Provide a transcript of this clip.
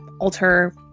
alter